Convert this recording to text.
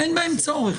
צורך.